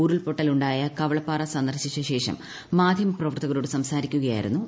ഉരുൾപൊട്ടലുണ്ടായ്ക്കുള്പ്പാറ സന്ദർശിച്ചശേഷം മാധ്യമപ്രവർത്തകരോട് സംസ്മാരിക്കുകയായിരുന്നു അദ്ദേഹം